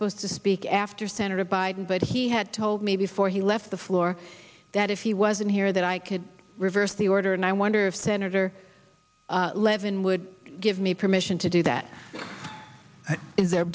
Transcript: supposed to speak after senator biden but he had told me before he left the floor that if he wasn't here that i could reverse the order and i wonder if senator levin would give me permission to do that is there